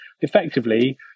effectively